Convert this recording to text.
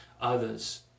others